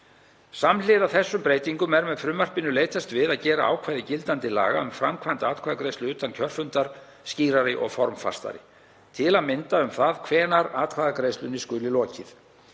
Samhliða þessum breytingum er með frumvarpinu leitast við að gera ákvæði gildandi laga um framkvæmd atkvæðagreiðslu utan kjörfundar skýrari og formfastari, til að mynda um það hvenær atkvæðagreiðslunni skuli lokið.